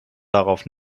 darauf